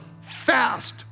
fast